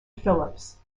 phillips